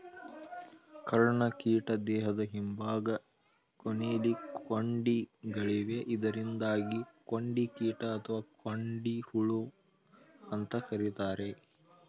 ಕರ್ಣಕೀಟ ದೇಹದ ಹಿಂಭಾಗ ಕೊನೆಲಿ ಕೊಂಡಿಗಳಿವೆ ಇದರಿಂದಾಗಿ ಕೊಂಡಿಕೀಟ ಅಥವಾ ಕೊಂಡಿಹುಳು ಅಂತ ಕರೀತಾರೆ